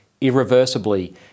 irreversibly